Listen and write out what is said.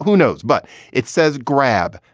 whoknows. but it says grab.